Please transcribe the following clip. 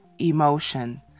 emotion